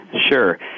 Sure